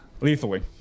lethally